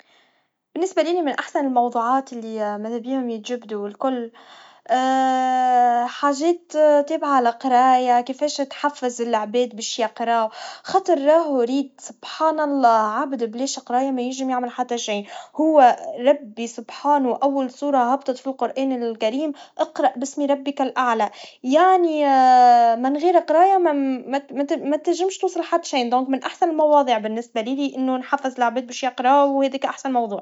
بالنسبا لي لي من أحسن الموضوعات اللي ماذا بيهم يجبدوا والكل, حاجات تابعا للقرايا, كيفاش تحفز العباد باش يقروا, خاطر راهو ريت, سبحان الله, عبد بلاش قرايا ما ينجم يعمل حتى شي, هوا ربي سبحانه, أول سورا هبطت في القران الكريم إقرأ باسم ربك الذي خلق, يعني من غير قرايا, مم- مت- متنجمش توصل حتى شي, لذلك من أحسن المواضع بالنسبا لي لي, إنه نحفز العباد باش يقروا, وهذيكا أحسن موضوع.